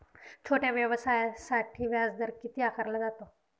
छोट्या व्यवसायासाठी व्याजदर किती आकारला जातो?